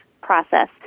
process